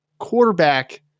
quarterback